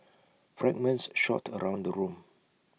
fragments shot around the room